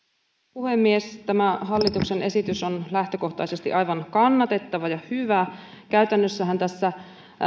puhemies tämä hallituksen esitys on lähtökohtaisesti aivan kannatettava ja hyvä käytännössähän tässä